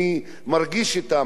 אני מרגיש אתם,